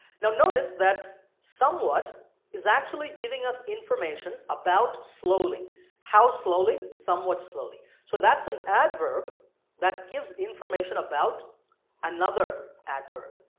now notice that somewhat is actually giving us information about slowly how slowly? somewhat slowly. so that's an adverb that gives information about another adverb,